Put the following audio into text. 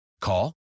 Call